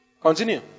Continue